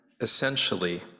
essentially